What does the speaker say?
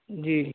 جی